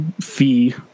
fee